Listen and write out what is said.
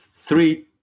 three